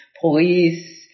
police